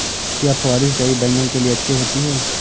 क्या फुहारी सिंचाई बैगन के लिए अच्छी होती है?